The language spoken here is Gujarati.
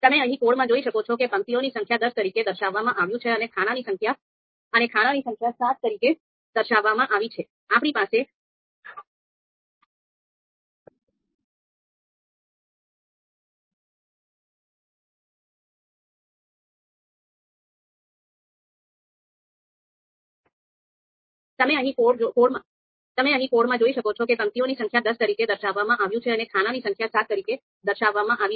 તમે અહીં કોડમાં જોઈ શકો છો કે પંક્તિઓની સંખ્યા દસ તરીકે દર્શાવામાં આવ્યું છે અને ખાનાની સંખ્યા સાત તરીકે દર્શાવામાં આવી છે